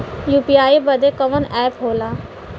UPI बदे कवन app होला?